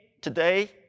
today